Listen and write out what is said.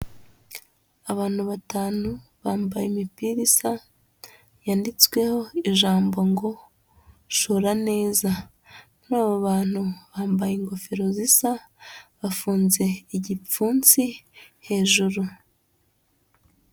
Abantu batanu bambaye imipira isa, yanditsweho ijambo ngo shora neza, muri zabo bantu bambaye ingofero zisa bafunze igipfunsi hejuru.